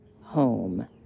home